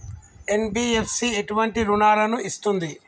NBFC ఎటువంటి రుణాలను ఇస్తుంది?